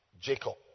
Jacob